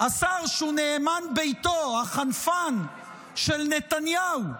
השר שהוא נאמן ביתו, החנפן של נתניהו,